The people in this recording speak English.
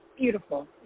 beautiful